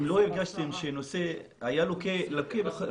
אם לא הרגשתם שהנושא היה לוקה בחסר?